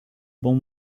bons